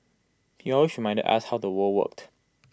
he also reminded us how the world worked